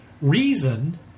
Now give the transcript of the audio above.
reason